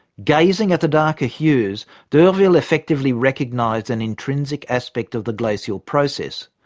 gazing at the darker hues, d'urville effectively recognised an intrinsic aspect of the glacial process,